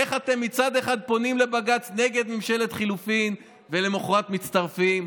איך מצד אחד אתם פונים לבג"ץ נגד ממשלת חילופין ולמוחרת מצטרפים?